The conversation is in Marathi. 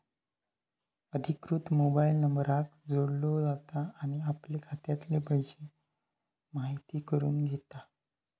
अधिकृत मोबाईल नंबराक जोडलो जाता आणि आपले खात्यातले पैशे म्हायती करून घेता